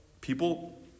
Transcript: people